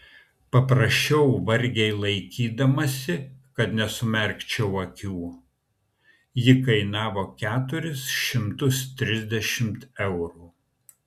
paprašiau vargiai laikydamasi kad nesumerkčiau akių ji kainavo keturis šimtus trisdešimt eurų